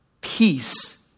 peace